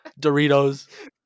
Doritos